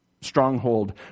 stronghold